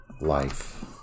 life